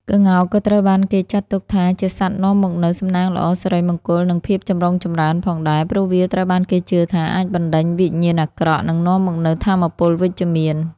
ក្ងោកក៏ត្រូវបានគេចាត់ទុកថាជាសត្វនាំមកនូវ សំណាងល្អ សិរីមង្គល និង ភាពចម្រុងចម្រើន ផងដែរ ព្រោះវាត្រូវបានគេជឿថាអាចបណ្តេញវិញ្ញាណអាក្រក់ និងនាំមកនូវថាមពលវិជ្ជមាន។